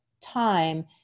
time